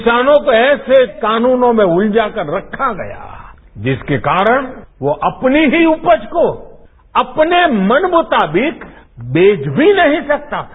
किसानों को ऐसे कानूनों में उलझाकर रखा गया है जिसके कारण वो अपनी ही उपज को अपने मनमुताबिक बेच भी नहीं सकता था